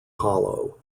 hollow